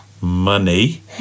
Money